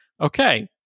okay